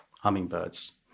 hummingbirds